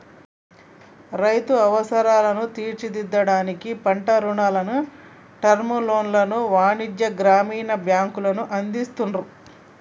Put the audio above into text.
రైతుల అవసరాలను తీర్చడానికి పంట రుణాలను, టర్మ్ లోన్లను వాణిజ్య, గ్రామీణ బ్యాంకులు అందిస్తున్రు